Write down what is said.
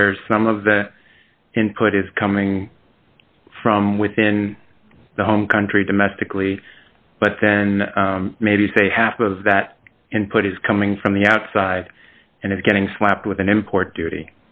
where some of the input is coming from within the home country domestically but then maybe say half of that input is coming from the outside and it's getting slapped with an import duty